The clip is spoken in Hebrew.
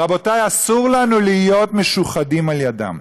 רבותי, אסור לנו להיות משוחדים על ידם.